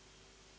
Hvala